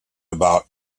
about